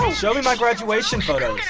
show me my graduation photos.